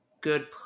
good